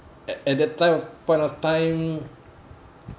at at that time of point of time